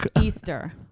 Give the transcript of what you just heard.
Easter